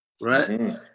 right